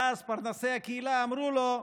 ואז פרנסי הקהילה אמרו לו: